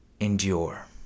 endure